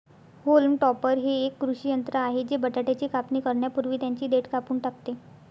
haulm topper हे एक कृषी यंत्र आहे जे बटाट्याची कापणी करण्यापूर्वी त्यांची देठ कापून टाकते